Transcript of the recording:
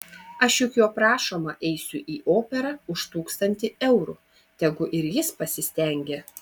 aš juk jo prašoma eisiu į operą už tūkstantį eurų tegu ir jis pasistengia